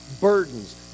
burdens